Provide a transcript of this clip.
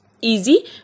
easy